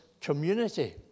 community